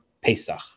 Pesach